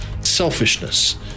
selfishness